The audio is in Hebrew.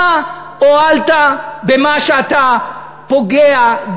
מה הועלת במה שאתה פוגע.